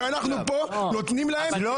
ואנחנו פה נותנים להם --- על מה אתם מדברים בכלל?